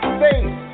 face